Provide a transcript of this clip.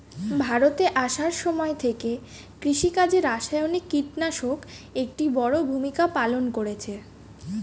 ভারতে আসার সময় থেকে কৃষিকাজে রাসায়নিক কিটনাশক একটি বড়ো ভূমিকা পালন করেছে